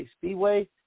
Speedway